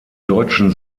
deutschen